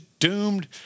doomed